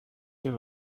the